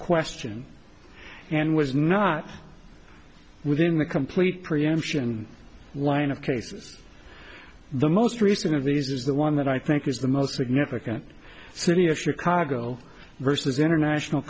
question and was not within the complete preemption line of cases the most recent of these is the one that i think is the most significant city of chicago versus international